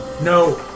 no